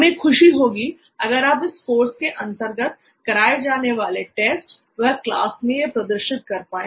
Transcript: हमें खुशी होगी अगर आप इस कोर्स के अंतर्गत कराए जाने वाले टेस्ट व क्लास मैं यह प्रदर्शित कर पाए